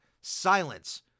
Silence